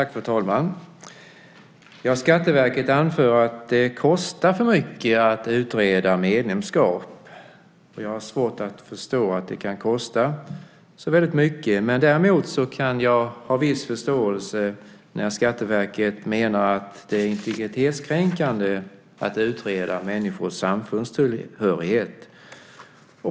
Fru talman! Skatteverket anför att det kostar för mycket att utreda medlemskap. Jag har svårt att förstå att det kan kosta så väldigt mycket. Däremot kan jag ha viss förståelse när Skatteverket menar att det är integritetskränkande att utreda människors samfundstillhörighet.